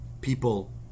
people